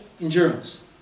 endurance